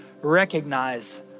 recognize